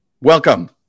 Welcome